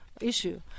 issue